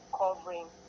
covering